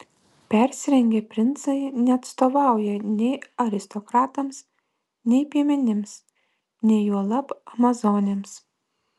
persirengę princai neatstovauja nei aristokratams nei piemenims nei juolab amazonėms